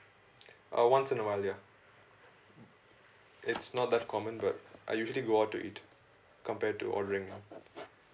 uh once in a while ya mm it's not that common but I usually go out to eat compared to ordering lah